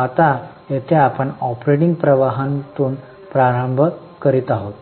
आता येथे आपण ऑपरेटिंग प्रवाहापासून प्रारंभ करीत आहोत